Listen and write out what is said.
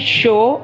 show